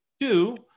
Two